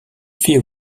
fait